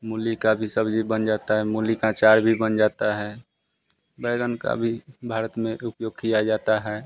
मूली की भी सब्ज़ी बन जाती है मूली का अचार भी बन जाता है बैंगन का भी भारत में उपयोग किया जाता है